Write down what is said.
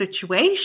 situation